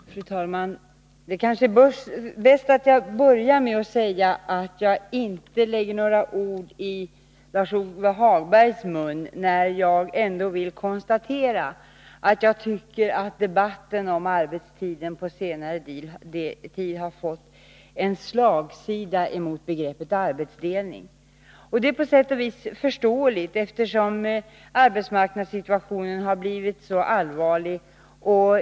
Fru talman! Det kanske är bäst att jag börjar med att säga att jag inte lägger några ord i Lars-Ove Hagbergs mun när jag vill konstatera att jag tycker att debatten om arbetstiden på senare tid har fått en slagsida mot begreppet arbetsdelning. Det är på sätt och vis förståeligt eftersom arbetsmarknadssituationen har blivit så allvarlig.